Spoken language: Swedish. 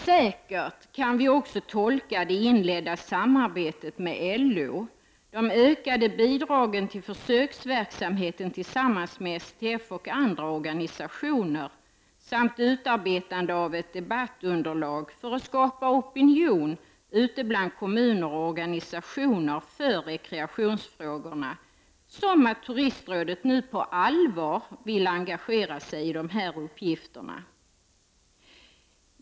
Säkert kan vi också tolka det inledda samarbetet med LO, de ökade bidragen till försöksverksamheten tillsammans med STF och andra organisationer samt utarbetandet av ett debattunderlag för att skapa opinion ute bland kommuner och organisationer för rekreationsfrågorna, som att Turistrådet nu på allvar vill engagera sig i de här uppgifterna.